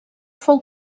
fou